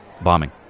Bombing